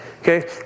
okay